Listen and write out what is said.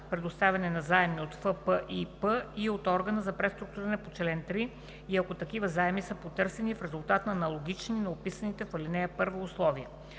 предоставяне на заеми от ФПИП – и от органа за преструктуриране по чл. 3, и ако такива заеми са потърсени в резултат на аналогични на описаните в ал. 1 условия.“